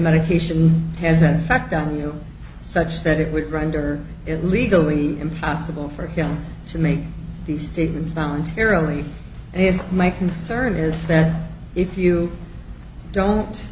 medication has that effect on you such that it would render it legally impossible for him to make these statements voluntarily and my concern is that if you don't